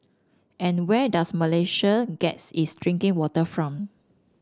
and where does Malaysia gets its drinking water from